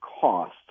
cost